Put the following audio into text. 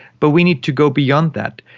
but we need to go beyond that.